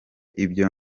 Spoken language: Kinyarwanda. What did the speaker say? ibyo